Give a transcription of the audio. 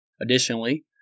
Additionally